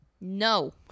No